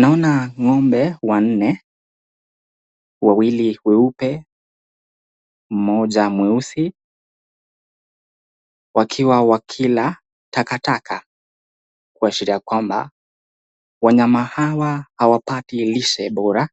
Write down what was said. Naona ng'ombe wanne, wawili weupe mmoja mweusi wakiwa wakila takataka kuashiria kwamba wanyama hawa hawapati lishe bora